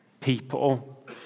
people